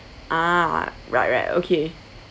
ah right right okay